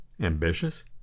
ambitious